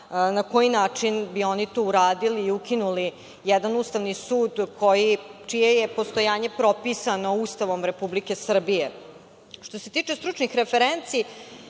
na koji način bi oni to uradili i ukinuli jedan Ustavni sud čije je postojanje propisano Ustavom Republike Srbije. Što se tiče stručnih referenci.